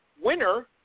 winner